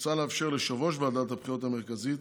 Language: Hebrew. מוצע לאפשר ליושב-ראש ועדת הבחירות המרכזית